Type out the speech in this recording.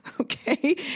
Okay